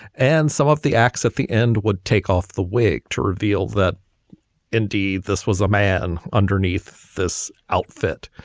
and some of the acts at the end would take off the wig to reveal that indeed this was a man underneath this outfit,